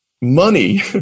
money